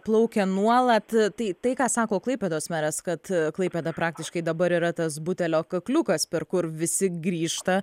plaukia nuolat tai tai ką sako klaipėdos meras kad klaipėda praktiškai dabar yra tas butelio kakliukas per kur visi grįžta